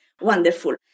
wonderful